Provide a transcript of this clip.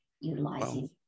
utilizing